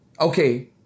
Okay